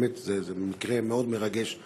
ובאמת זה מקרה מרגש מאוד.